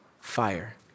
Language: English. fire